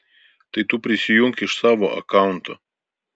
tai tu prisijunk iš savo akaunto